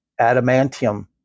adamantium